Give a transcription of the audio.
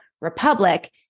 republic